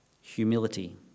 humility